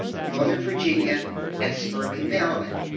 northern virginia and suburban maryland.